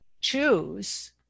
choose